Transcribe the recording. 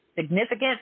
Significant